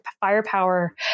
firepower